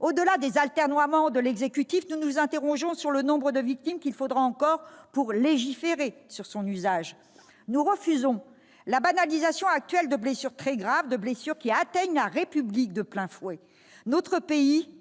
Au-delà des atermoiements de l'exécutif, nous nous interrogeons sur le nombre de victimes qu'il faudra encore avant qu'on légifère sur l'usage de cette arme. Nous refusons la banalisation actuelle de blessures très graves, des blessures qui atteignent la République de plein fouet. Notre pays